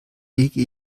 lege